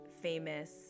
famous